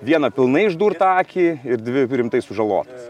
vieną pilnai išdurtą akį ir dvi rimtai sužalotas